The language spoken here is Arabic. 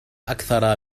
أكثر